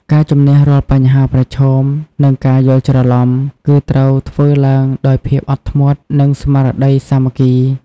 ការជម្នះរាល់បញ្ហាប្រឈម និងការយល់ច្រឡំ គឺត្រូវធ្វើឡើងដោយភាពអត់ធ្មត់ និងស្មារតីសាមគ្គី។